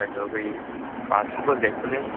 बैसागोआव होयो बाथौफोर गायस'नो